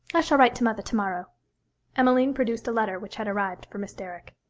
i shall write to mother to-morrow emmeline produced a letter which had arrived for miss derrick.